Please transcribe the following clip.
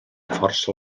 força